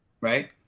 right